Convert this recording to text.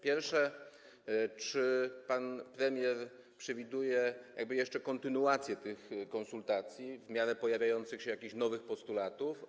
Pierwsze: Czy pan premier przewiduje jeszcze kontynuację tych konsultacji w miarę pojawiania się jakichś nowych postulatów?